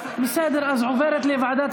בסדר, אז היא עוברת לוועדת